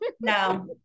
no